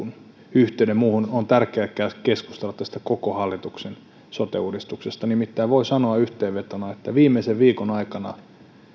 yhteyden muuhun tärkeää keskustella tästä hallituksen koko sote uudistuksesta nimittäin voi sanoa yhteenvetona että viimeisen viikon aikana